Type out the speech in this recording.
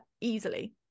easily